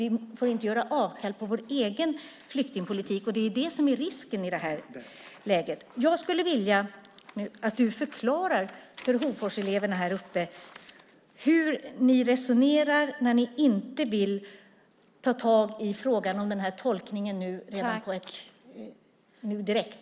Vi får inte göra avkall på vår egen flyktingpolitik. Det är det som är risken i det här läget. Jag skulle vilja att du förklarar för Hoforseleverna uppe på läktaren hur ni resonerar när ni inte vill ta tag i frågan om tolkningen direkt.